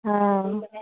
हँ